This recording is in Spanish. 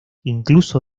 incluso